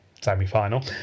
semi-final